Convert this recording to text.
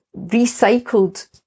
recycled